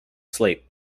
slate